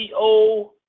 CEO